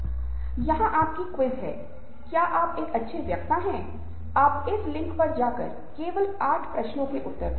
लेकिन इससे पहले कि हम उस पर जाएं शायद यह एक अच्छा विचार है कि एक परीक्षा लें और पता करें कि आप कितने सशक्त हैं